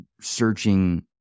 searching